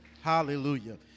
hallelujah